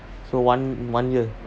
so one one year